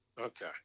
Okay